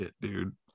dude